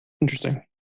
interesting